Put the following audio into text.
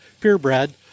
purebred